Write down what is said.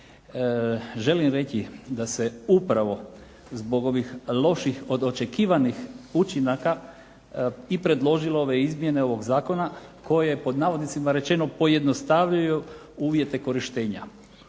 Želim reći da se upravo zbog ovih loših od očekivanih učinaka i predložilo ove izmjene ovog zakona koje "pojednostavljuju" uvjete korištenja.